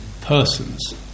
persons